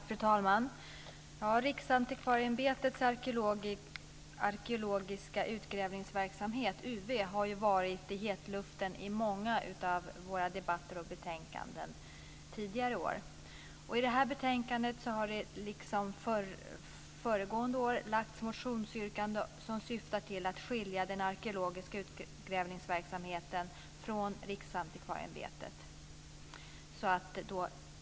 Fru talman! Riksantikvarieämbetets arkeologiska utgrävningsverksamhet, UV, har varit i hetluften i många av våra debatter och betänkanden tidigare år. I det här betänkandet finns, liksom föregående år, motionsyrkanden som syftar till att skilja den arkeologiska utgrävningsverksamheten från Riksantikvarieämbetet.